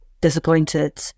disappointed